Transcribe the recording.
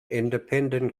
independent